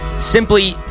Simply